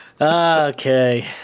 Okay